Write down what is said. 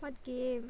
what game